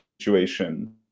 situation